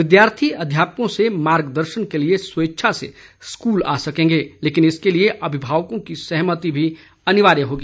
विद्यार्थी अध्यापकों से मार्गदर्शन के लिए स्वेच्छा से स्कूल आ सकेंगे लेकिन इसके लिए अभिभावकों की सहमति भी अनिवार्य होगी